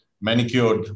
manicured